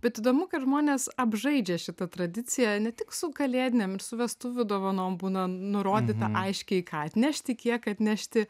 bet įdomu kad žmonės apžaidžia šitą tradiciją ne tik su kalėdinėm ir su vestuvių dovanom būna nurodyta aiškiai ką atnešti kiek atnešti